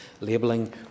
labelling